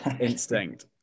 instinct